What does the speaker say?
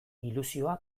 ilusioa